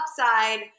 upside